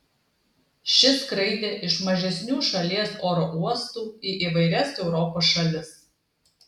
ši skraidė iš mažesnių šalies oro uostų į įvairias europos šalis